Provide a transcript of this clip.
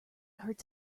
hurts